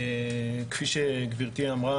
כפי שאמרה